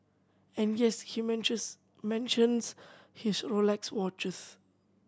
and yes he mentions his Rolex watches